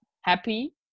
happy